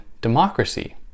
democracy